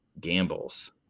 gambles